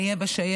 אני אהיה בשייטת,